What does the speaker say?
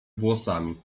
włosami